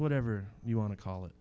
whatever you want to call it